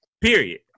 Period